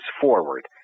forward